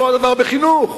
אותו הדבר בחינוך.